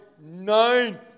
nine